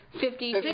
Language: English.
Fifty